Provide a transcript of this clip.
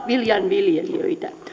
viljanviljelijöitä